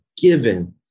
given